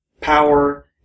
power